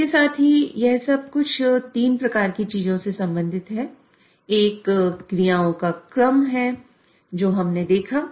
इसके साथ ही यह सब कुछ तीन प्रकार की चीजों से संबंधित है एक क्रियाओं का क्रम है जो हमने देखा